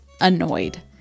annoyed